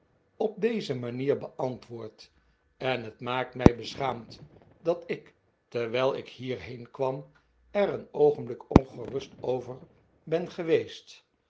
op deze manier beantwoordt en het maakt mij beschaamd dat ik terwijl ik hierheen kwam er een oogenblik ongerust over ben gewe